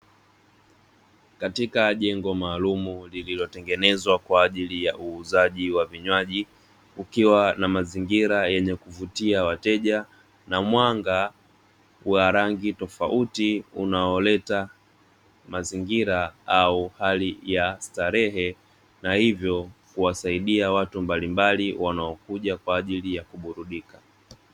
Katika jengo maalumu lililotengenezwa kwa ajili ya uuzaji wa vinywaji, kukiwa na mazingira yenye kuvutia wateja na mwanga wa rangi tofauti unaoleta mazingira au hali ya starehe, na hivo kuwasaidia watu mbalimbali wanaokuja kwa ajili ya kuburudika.